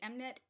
Mnet